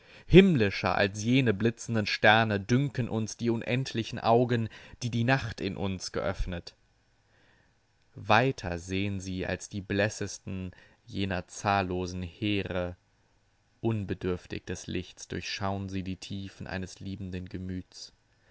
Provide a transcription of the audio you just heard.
himmlischer als jene blitzenden sterne dünken uns die unendlichen augen die die nacht in uns geöffnet weiter sehn sie als die blässesten jener zahllosen heere unbedürftig des lichts durchschaun sie die tiefen eines liebenden gemüts